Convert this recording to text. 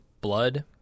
blood